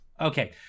Okay